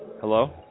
Hello